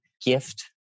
gift